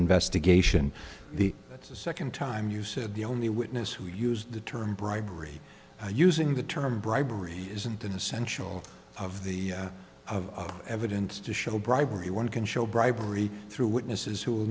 investigation the that's the second time you said the only witness who used the term bribery using the term bribery isn't an essential of the of evidence to show bribery one can show bribery through witnesses who will